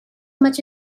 much